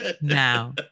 Now